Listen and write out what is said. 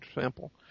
sample